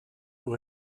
pour